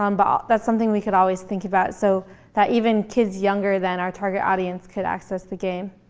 um but that's something we could always think about, so that even kids younger than our target audience could access the game.